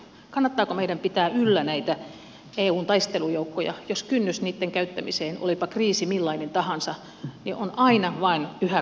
kannattaako meidän pitää yllä näitä eun taistelujoukkoja jos kynnys niitten käyttämiseen olipa kriisi millainen tahansa on aina vain yhä korkeampi